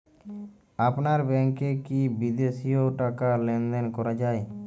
আপনার ব্যাংকে কী বিদেশিও টাকা লেনদেন করা যায়?